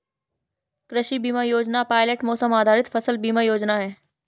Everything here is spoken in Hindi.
कृषि बीमा योजना पायलट मौसम आधारित फसल बीमा योजना है